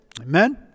Amen